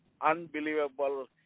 unbelievable